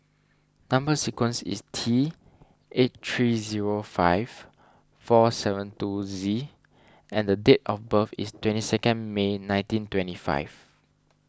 Number Sequence is T eight three zero five four seven two Z and date of birth is twenty second May nineteen twenty five